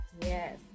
Yes